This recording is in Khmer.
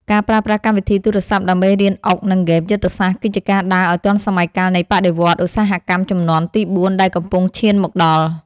ការប្រើប្រាស់កម្មវិធីទូរស័ព្ទដើម្បីរៀនអុកនិងហ្គេមយុទ្ធសាស្ត្រគឺជាការដើរឱ្យទាន់សម័យកាលនៃបដិវត្តន៍ឧស្សាហកម្មជំនាន់ទីបួនដែលកំពុងឈានមកដល់។